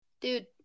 dude